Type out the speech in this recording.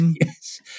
Yes